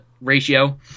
ratio